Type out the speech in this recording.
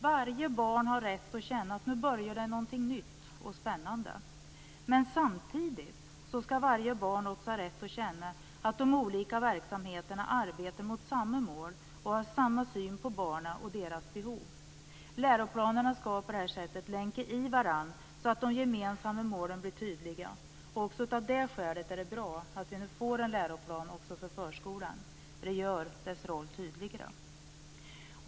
Varje barn har rätt att känna att nu börjar någonting nytt och spännande. Men samtidigt skall varje barn också ha rätt att känna att de olika verksamheterna arbetar mot samma mål och har samma syn på barnen och deras behov. Läroplanerna skall på det här sättet länka i varandra så att de gemensamma målen blir tydliga. Också av det skälet är det bra att vi får en läroplan också för förskolan. Det gör dess roll tydligare.